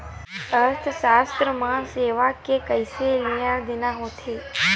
अर्थशास्त्र मा सेवा के कइसे लेनदेन होथे?